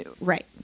Right